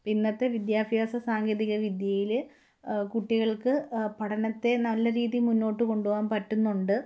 ഇന്നത്തെ വിദ്യാഭ്യാസ സാങ്കേതികവിദ്യയില് കുട്ടികൾക്കു പഠനത്തെ നല്ല രീതിയില് മുന്നോട്ടു കൊണ്ടുപോവാൻ പറ്റുന്നുണ്ട്